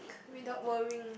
without worrying